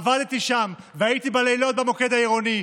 עבדתי שם והייתי בלילות במוקד העירוני,